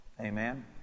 Amen